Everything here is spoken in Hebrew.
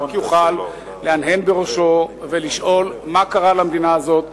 יוכל רק להנהן בראשו ולשאול מה קרה למדינה הזאת,